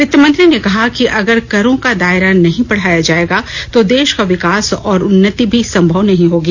वित्तमंत्री ने कहा कि अगर करों का दायरा नहीं बढ़ाया जायेगा तो देश का विकास और उन्नति भी संभव नहीं होगी